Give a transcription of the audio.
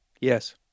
Yes